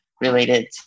related